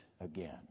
again